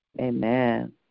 Amen